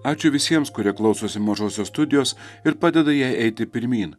ačiū visiems kurie klausosi mažosios studijos ir padeda jai eiti pirmyn